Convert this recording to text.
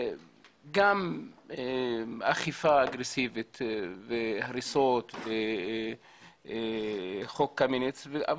גם אכיפה אגרסיבית והריסות וחוק קמיניץ אבל